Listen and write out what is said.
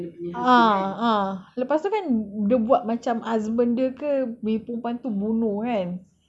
a'ah a'ah lepas tu kan dia buat macam husband dia ke perempuan tu bunuh kan